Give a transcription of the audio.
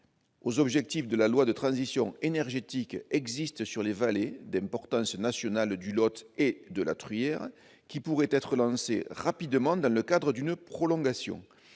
les objectifs de la loi de transition énergétique existent sur les vallées d'importance nationale du Lot et de la Truyère. Ces projets pourraient être lancés rapidement dans le cadre d'une prolongation.